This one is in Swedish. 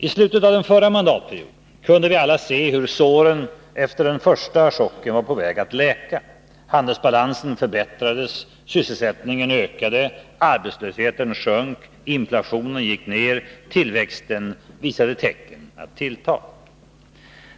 I slutet av den förra mandatperioden kunde vi alla se hur såren efter den första chocken var på väg att läka. Handelsbalansen förbättrades, sysselsättningen ökade, arbetslösheten sjönk, inflationen gick ned och tillväxten visade tecken att tillta.